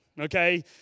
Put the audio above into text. okay